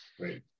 Right